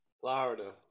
Florida